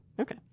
Okay